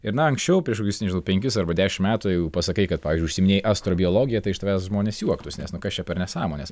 ir na anksčiau prieš kokius nežinau penkis arba dešim metų jeigu pasakai kad pavyzdžiui užsiiminėji astrobiologija tai iš tavęs žmonės juoktųsi nes nu kas čia per nesąmonės